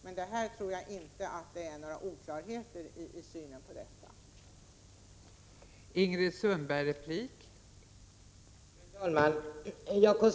Men jag tror inte att det finns några oklarheter vad gäller synen på dessa frågor.